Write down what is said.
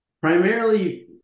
Primarily